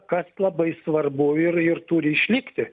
kas labai svarbu ir ir turi išlikti